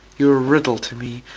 you are a riddle to me.